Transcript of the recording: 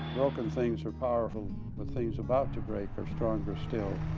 broken things are powerful. but things about to break are stronger still.